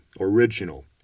original